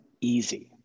easy